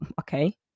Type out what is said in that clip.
okay